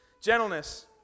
Gentleness